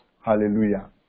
Hallelujah